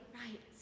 right